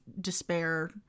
despair